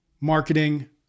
marketing